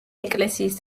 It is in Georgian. ეკლესიის